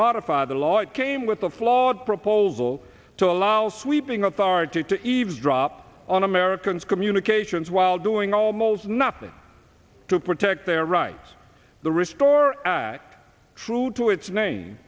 modify the law it came with a flawed proposal to allow sweeping authority to eavesdrop on americans communications while doing all most nothing to protect their rights the restore act true to its name